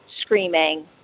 screaming